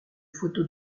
photos